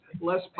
less